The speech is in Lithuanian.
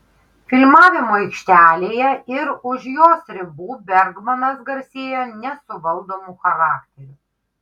filmavimo aikštelėje ir už jos ribų bergmanas garsėjo nesuvaldomu charakteriu